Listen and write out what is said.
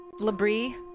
LaBrie